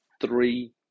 three